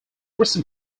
recent